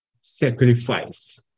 sacrifice